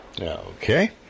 okay